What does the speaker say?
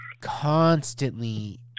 constantly